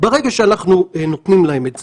ברגע שאנחנו נותנים להם את זה,